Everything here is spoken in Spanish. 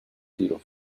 tiro